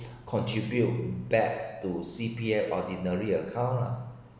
contribute back to C_P_F ordinary account lah